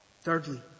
Thirdly